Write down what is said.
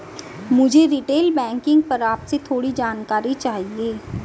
मुझे retail banking पर आपसे थोड़ी जानकारी चाहिए